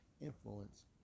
influence